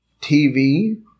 TV